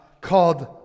called